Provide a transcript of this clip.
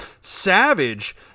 Savage